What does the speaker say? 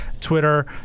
Twitter